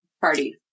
party